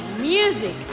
music